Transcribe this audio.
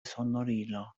sonorilo